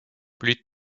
plus